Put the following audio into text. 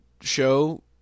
show